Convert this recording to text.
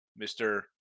Mr